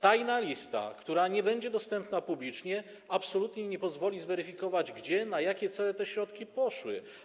Tajna lista, która nie będzie dostępna publicznie, absolutnie nie pozwoli zweryfikować, gdzie, na jakie cele te środki poszły.